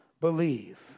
believe